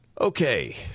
Okay